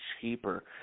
cheaper